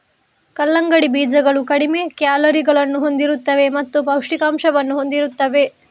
ಕಲ್ಲಂಗಡಿ ಬೀಜಗಳು ಕಡಿಮೆ ಕ್ಯಾಲೋರಿಗಳನ್ನು ಹೊಂದಿರುತ್ತವೆ ಮತ್ತು ಪೌಷ್ಠಿಕಾಂಶವನ್ನು ಹೊಂದಿರುತ್ತವೆ